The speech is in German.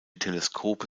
teleskope